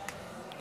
לקריאה הראשונה.